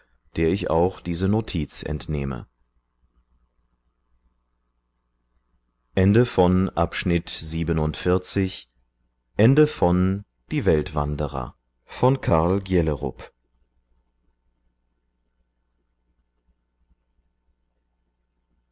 der ich auch diese notiz entnehme